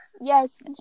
Yes